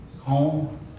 Home